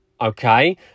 okay